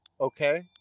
okay